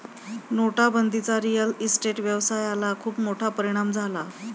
नोटाबंदीचा real estate व्यवसायाला खूप मोठा परिणाम झाला